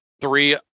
three